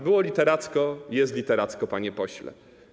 Było literacko, jest literacko, panie pośle.